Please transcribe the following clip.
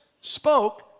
spoke